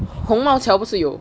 宏茂桥不是有